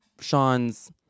Sean's